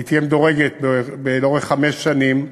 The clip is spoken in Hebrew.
והיא תהיה מדורגת לאורך חמש שנים.